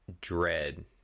dread